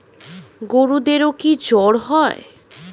গরুদেরও কি জ্বর হয়?